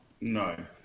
No